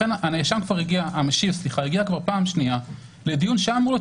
לכן המשיב הגיע פעם שנייה לדיון שהיה אמור להיות